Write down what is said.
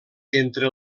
entre